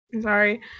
Sorry